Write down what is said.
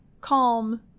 calm